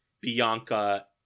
Bianca